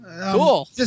Cool